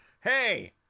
hey